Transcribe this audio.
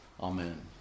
Amen